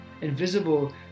Invisible